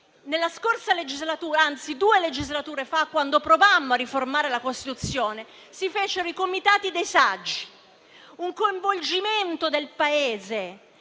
nella scorsa legislatura, anzi due legislature fa, quando provammo a riformare la Costituzione, si fecero i Comitati dei saggi: un coinvolgimento del Paese,